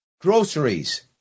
groceries